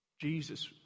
Jesus